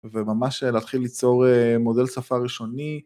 וממש להתחיל ליצור מודל שפה ראשוני.